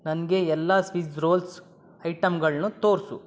ನನಗೆ ಎಲ್ಲ Swiss rolls ಐಟಂಗಳನ್ನೂ ತೋರಿಸು